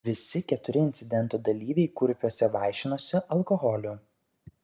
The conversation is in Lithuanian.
visi keturi incidento dalyviai kurpiuose vaišinosi alkoholiu